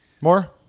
More